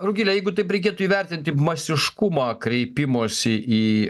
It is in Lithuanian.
rugile jeigu taip reikėtų įvertinti masiškumą kreipimosi į